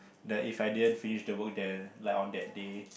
that if I didn't finish the work there like on that day